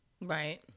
Right